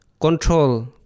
control